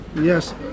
Yes